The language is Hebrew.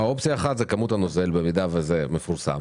האופציה האחת היא כמות הנוזל במידה וזה מפורסם